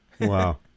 wow